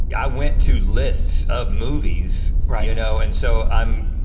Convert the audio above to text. yeah i went to lists of movies. right. you know, and so i'm,